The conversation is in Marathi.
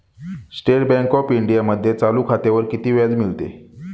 स्टेट बँक ऑफ इंडियामध्ये चालू खात्यावर किती व्याज मिळते?